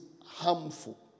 harmful